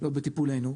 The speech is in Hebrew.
בטיפולנו.